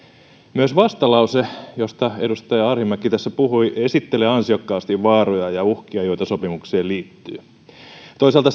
myös vastalause josta edustaja arhinmäki tässä puhui esittelee ansiokkaasti vaaroja ja uhkia joita sopimukseen liittyy toisaalta